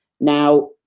Now